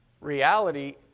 Reality